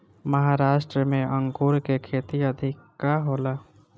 महाराष्ट्र में अंगूर के खेती अधिका होला